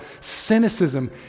cynicism